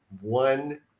one